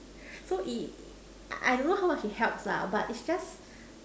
so I don't know how much it helps lah but is just